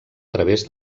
través